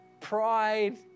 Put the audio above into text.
Pride